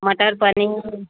मटर पनीर